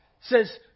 says